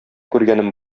күргәнем